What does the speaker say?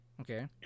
Okay